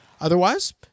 Otherwise